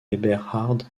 eberhard